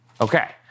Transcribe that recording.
Okay